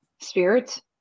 spirits